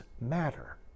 matter